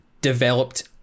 developed